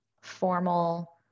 formal